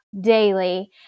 daily